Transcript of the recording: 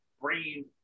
brain